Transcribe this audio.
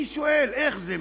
אני שואל, איך זה מסתדר?